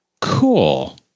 Cool